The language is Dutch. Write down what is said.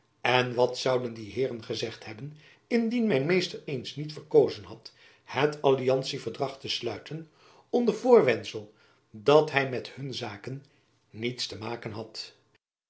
en wat zouden die heeren gezegd hebben indien mijn meester eens niet verkozen had het alliantie verdrag te sluiten onder voorwendsel dat hy met hun zaken niets te maken had